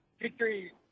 Victory